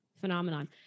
phenomenon